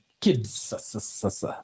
Kids